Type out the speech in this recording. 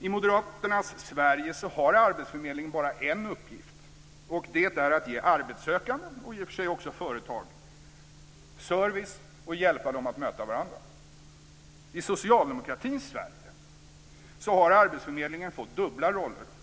I moderaternas Sverige har arbetsförmedlingen bara en uppgift. Det är att ge arbetssökande och i och för sig också företag service och hjälpa dem att möta varandra. I socialdemokratins Sverige har arbetsförmedlingen fått dubbla roller.